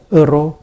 euro